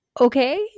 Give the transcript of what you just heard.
Okay